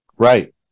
Right